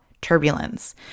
turbulence